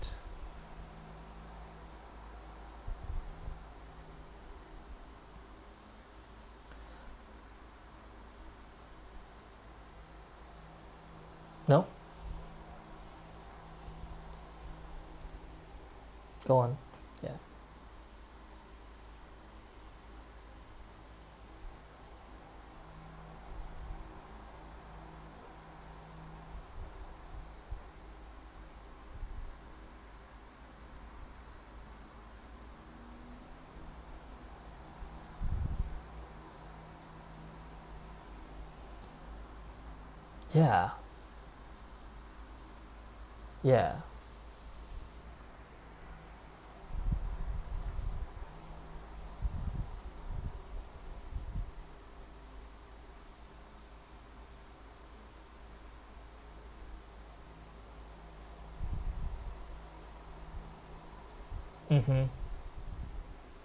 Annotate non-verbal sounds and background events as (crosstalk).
no go on ya (breath) ya ya mmhmm